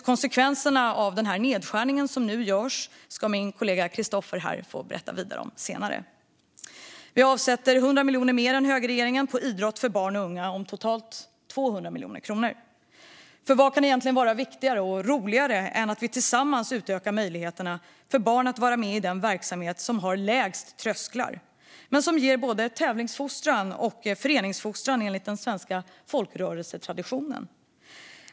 Konsekvenserna av regeringen nedskärning ska min kollega Kristoffer berätta mer om senare i debatten. Vi avsätter 100 miljoner mer än högerregeringen på idrott för barn och unga och satsar totalt 200 miljoner kronor. Vad kan vara viktigare och roligare än att vi tillsammans utökar möjligheterna för barn att vara med i den verksamhet som har lägst trösklar och som ger både tävlingsfostran och föreningsfostran enligt den svenska folkrörelsetraditionen?